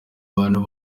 bantu